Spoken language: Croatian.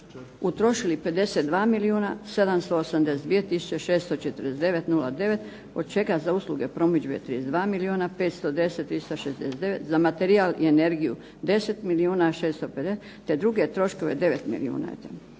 utrošili 52 milijuna 782 tisuće 649 09 od čega za usluge promidžbe 32 milijuna 510 369. Za materijal i energiju 10 milijuna 650, te druge troškove 9 milijuna.